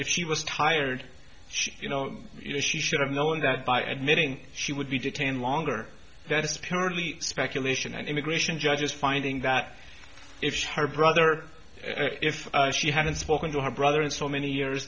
if she was tired you know you know she should have known that by admitting she would be detained longer that is purely speculation and immigration judges finding that if her brother if she hadn't spoken to her brother in so many years